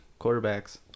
quarterbacks